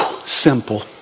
Simple